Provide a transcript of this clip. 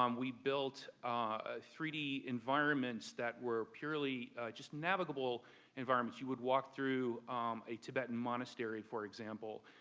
um we built ah three d environments that were purely just navigable environments. you would walk through a tibetan monastery for example,